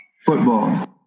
football